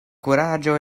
kuraĝo